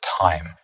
time